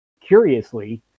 curiously